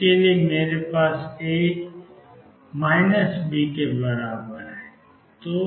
उसके लिए मेरे पास A B होगा